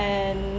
and